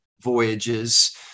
voyages